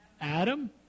Adam